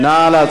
בבקשה.